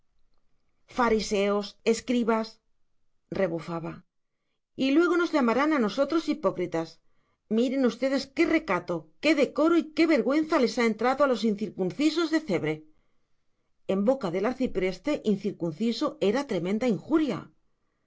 fariseos escribas rebufaba y luego nos llamarán a nosotros hipócritas miren ustedes qué recato qué decoro y qué vergüenza les ha entrado a los incircuncisos de cebre en boca del arcipreste incircunciso era tremenda injuria como si el que más y el